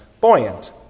buoyant